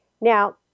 Now